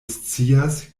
scias